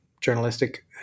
journalistic